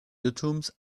irrtums